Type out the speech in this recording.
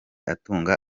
atunga